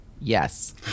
yes